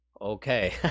Okay